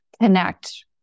connect